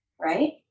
right